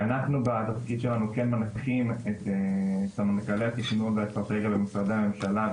אנחנו בתפקיד שלנו כן מנתחים את יעדי התכנון והאסטרטגיה למשרדי הממשלה,